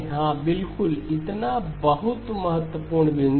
हाँ बिल्कुल इतना बहुत महत्वपूर्ण बिंदु